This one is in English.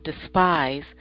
despise